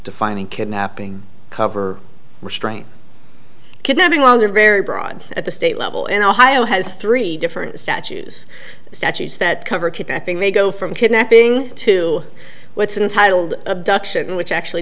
defining kidnapping cover restrain kidnapping laws are very broad at the state level and ohio has three different statues statutes that cover kidnapping they go from kidnapping to what's untitled abduction which actually